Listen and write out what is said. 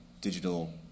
digital